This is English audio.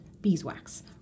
beeswax